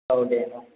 औ दे औ